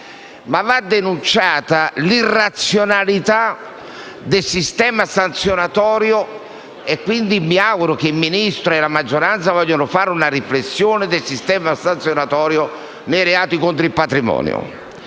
tuttavia denunciata l'irrazionalità del sistema sanzionatorio e, quindi, mi auguro che il Ministro e la maggioranza vogliano fare una riflessione sul sistema in tema di reati contro il patrimonio.